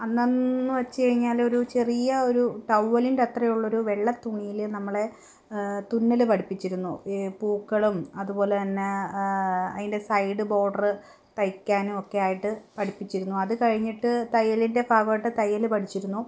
അന്നെന്നു വെച്ചു കഴിഞ്ഞാൽ ഒരു ചെറിയ ഒരു ടൗവലിൻ്റെ അത്രയും ഉള്ളൊരു വെള്ള തുണിയിൽ നമ്മളെ തുന്നൽ പഠിപ്പിച്ചിരുന്നു ഈ പൂക്കളും അതുപോലെ തന്നെ അതിൻ്റെ സൈഡ് ബോർഡർ തയ്ക്കാനും ഒക്കെ ആയിട്ട് പഠിപ്പിച്ചിരുന്നു അതു കഴിഞ്ഞിട്ട് തയ്യലിൻ്റെ പാവട്ട് തയ്യൽ പഠിച്ചിരുന്നു